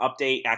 update